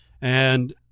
and-